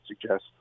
suggest